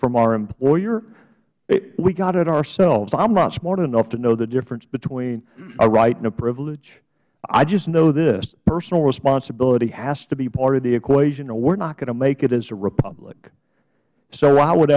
from our employer we got it ourselves i am not smart enough to know the difference between a right and a privilege i just know this personal responsibility has to be part of the equation or we are not going to make it as a republic so i would